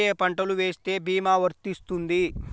ఏ ఏ పంటలు వేస్తే భీమా వర్తిస్తుంది?